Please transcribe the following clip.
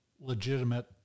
legitimate